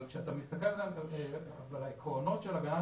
כשאתה מסתכל על העקרונות של הגנת